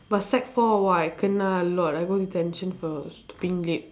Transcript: but sec four !wah! I kena a lot I go detention for stepping late